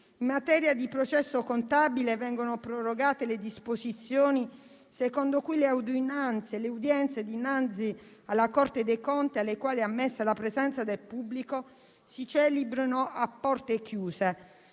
In materia di processo contabile vengono prorogate le disposizioni secondo cui le udienze dinanzi alla Corte dei conti - alle quali è ammessa la presenza del pubblico - si celebrano a porte chiuse.